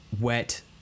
wet